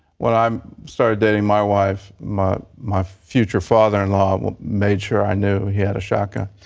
when i um started dating my wife, my my future father-in-law made sure i knew he had a shotgun.